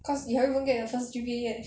cause you haven't even get your first G_P_A yet